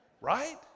right